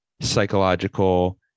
psychological